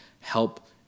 help